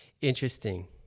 interesting